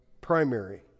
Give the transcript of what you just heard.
primary